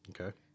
Okay